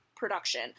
production